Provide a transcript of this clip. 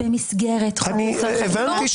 אני רוצה